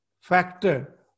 factor